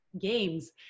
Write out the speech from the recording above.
games